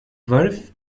wolf